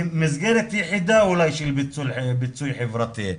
מסגרת יחידה אולי של פיצוי חברתי.